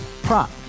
Prop